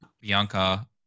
Bianca